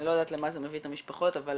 אני לא יודעת למה זה מביא את המשפחות, אבל